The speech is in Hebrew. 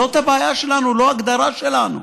זאת הבעיה שלנו, לא ההגדרה שלנו.